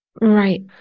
Right